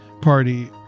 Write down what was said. party